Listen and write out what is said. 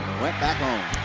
went back home.